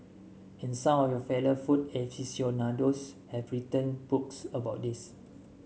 and some of your fellow food aficionados have written books about this